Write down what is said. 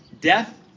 death